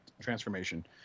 transformation